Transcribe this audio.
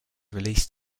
released